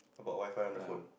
about Wi-Fi on the phone